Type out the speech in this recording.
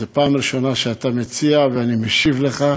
זו פעם ראשונה שאתה מציע ואני משיב לך,